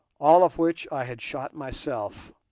all of which i had shot myself.